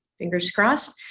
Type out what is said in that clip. fingers crossed,